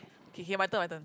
K K my turn my turn